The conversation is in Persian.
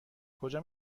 کجا